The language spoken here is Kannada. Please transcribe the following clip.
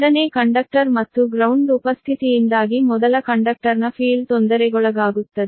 ಎರಡನೇ ಕಂಡಕ್ಟರ್ ಮತ್ತು ಗ್ರೌಂಡ್ ಉಪಸ್ಥಿತಿಯಿಂದಾಗಿ ಮೊದಲ ಕಂಡಕ್ಟರ್ನ ಕ್ಷೇತ್ರವು ಫೀಲ್ಡ್ ತೊಂದರೆಗೊಳಗಾಗುತ್ತದೆ